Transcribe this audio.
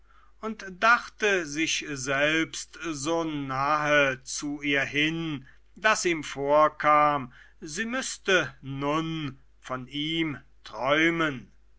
und dachte sich selbst so nahe zu ihr hin daß ihm vorkam sie müßte nun von ihm träumen